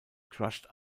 crushed